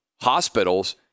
hospitals